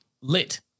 lit